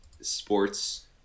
sports